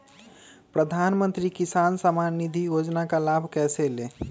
प्रधानमंत्री किसान समान निधि योजना का लाभ कैसे ले?